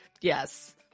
Yes